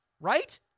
Right